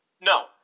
No